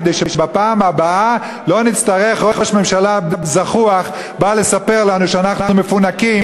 כדי שבפעם הבאה לא נצטרך ראש ממשלה זחוח שבא לספר לנו שאנחנו מפונקים,